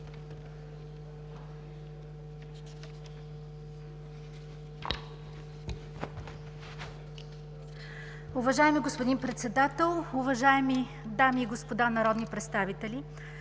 уважаеми господин Председател. Дами и господа народни представители,